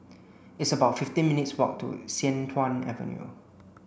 it's about fifteen minutes' walk to Sian Tuan Avenue